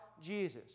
Jesus